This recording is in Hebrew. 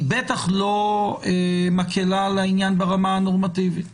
היא בטח לא מקלה על העניין ברמה הנורמטיבית